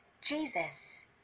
Jesus